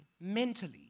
mentally